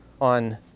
on